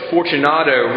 Fortunato